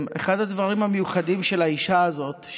אחד הדברים המיוחדים של האישה הזאת,